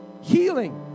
healing